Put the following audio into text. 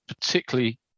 particularly